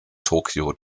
tokio